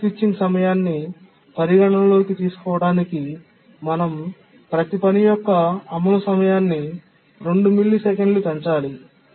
context switching సమయాన్ని పరిగణనలోకి తీసుకోవడానికి మనం ప్రతి పని యొక్క అమలు సమయాన్ని 2 మిల్లీసెకన్లు పెంచాలి